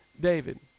David